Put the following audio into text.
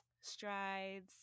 strides